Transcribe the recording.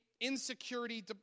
insecurity